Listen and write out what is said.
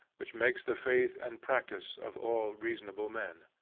which makes the faith and practice of all reasonable men.